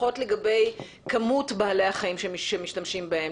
לפחות לגבי כמות בעלי החיים שמשתמשים בהם,